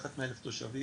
מתחת 100 אלף תושבים,